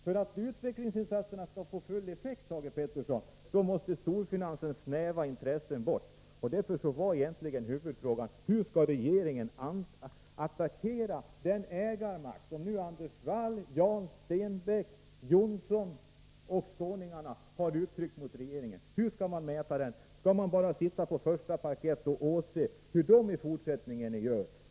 För att utvecklingsinsatserna skall få full effekt, Thage Peterson, måste storfinansens snäva intressen bort. Därför var egentligen huvudfrågan: Hur skall regeringen attackera den ägarmakt som nu Anders Wall, Jan Stenbeck, Johnson och Skånska Cement har uttryckt mot regeringen? Skall man bara sitta på första parkett och åse vad de gör i fortsättningen?